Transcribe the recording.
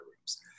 rooms